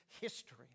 history